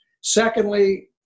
Secondly